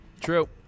True